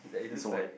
it's a white